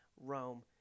Rome